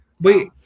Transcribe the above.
Wait